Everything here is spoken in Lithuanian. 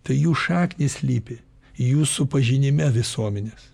tai jų šaknys slypi jūsų pažinime visuomenės